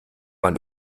man